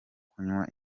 kunywa